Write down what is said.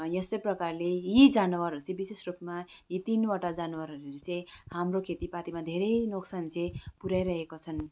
यस्तै प्रकारले यी जनावरहरू चाहिँ विशेष रूपमा यी तिनवटा जनावरहरूले चाहिँ हाम्रो खेतीपातीमा धेरै नोक्सानहरू चाहिँ पुर्याइरहेका छन्